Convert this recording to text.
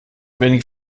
wenig